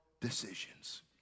decisions